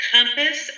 Compass